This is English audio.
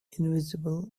invisible